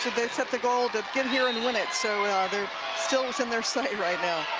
set the goal to get here and win it so ah they're still in their sights right now.